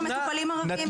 יש שם מטופלים ערבים,